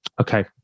Okay